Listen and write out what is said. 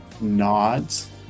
nods